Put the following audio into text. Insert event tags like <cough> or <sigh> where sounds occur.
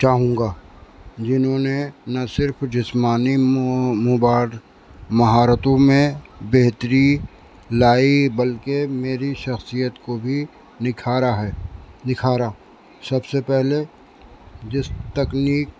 چاہوں گا جنہوں نے نہ صرف جسمانی مہارتوں میں بہتری لائی بلکہ میری شخصیت کو بھی نکھارا ہے <unintelligible> سب سے پہلے جس تکنیک